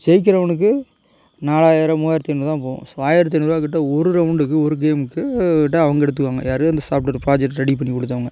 செய்கிறவனுக்கு நாலாயிரம் மூவாயிரத்து ஐந்நூறு தான் போகும் ஸோ ஆயிரத்து ஐந்நூறுரூவாக்கிட்ட ஒரு ரௌண்டுக்கு ஒரு கேம்முக்குட்ட அவங்க எடுத்துக்குவாங்க யார் அந்தச் சாஃப்ட்வேர் ப்ராஜெக்ட் ரெடி பண்ணிக் கொடுத்தவங்க